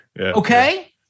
Okay